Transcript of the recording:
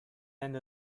end